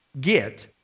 get